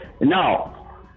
now